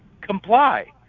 Comply